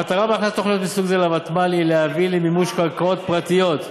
המטרה בהכנסת תוכניות מסוג זה לוותמ"ל היא להביא למימוש קרקעות פרטיות,